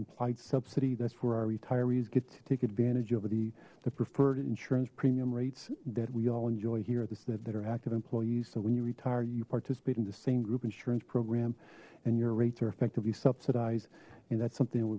implied subsidy that's where our retirees get to take advantage of the preferred insurance premium rates that we all enjoy here this that are active employees so when you retire you participate in the same group insurance program and your rates are effectively subsidized and that's something